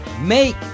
Make